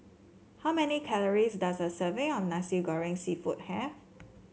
how many calories does a serving of Nasi Goreng seafood have